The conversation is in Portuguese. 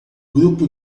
grupo